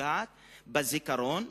שפוגעת בזיכרון,